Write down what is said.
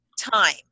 time